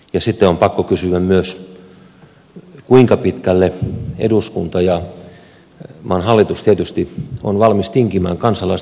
sitten on pakko kysyä myös kuinka pitkälle eduskunta ja maan hallitus tietysti on valmis tinkimään kansalaisten turvallisuudesta